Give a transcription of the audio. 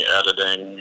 editing